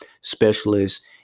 specialists